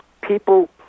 people